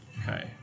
Okay